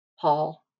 Paul